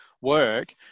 work